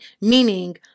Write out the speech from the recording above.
meaning